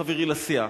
חברי לסיעה.